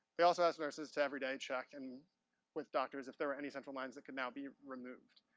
they also asked nurses to, every day, check and with doctors if there were any central lines that could now be removed.